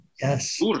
yes